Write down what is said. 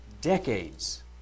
decades